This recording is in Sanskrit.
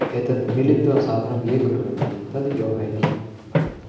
एतत् मिलित्वा साधनं ये कुर्वन्ति तद् योगः इति भवति